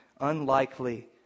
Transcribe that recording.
unlikely